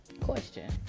question